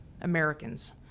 Americans